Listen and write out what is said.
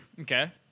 Okay